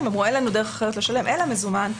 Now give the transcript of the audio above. ואמרו אין לנו דרך אחרת לשלם אלא מזומן,